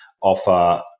Offer